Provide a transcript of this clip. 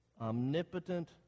omnipotent